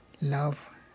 Love